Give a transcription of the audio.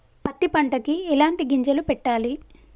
పత్తి పంటకి ఎలాంటి గింజలు పెట్టాలి?